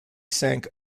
sank